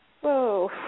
Whoa